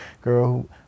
Girl